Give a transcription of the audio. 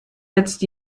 jetzt